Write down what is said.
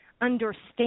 understand